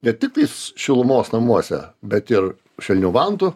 ne tiktais šilumos namuose bet ir švelnių vantų